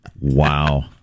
Wow